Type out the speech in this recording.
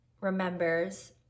remembers